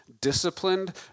disciplined